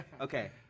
Okay